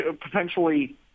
potentially